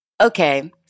Okay